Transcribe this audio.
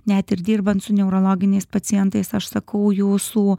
net ir dirbant su neurologiniais pacientais aš sakau jūsų